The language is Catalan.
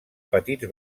petits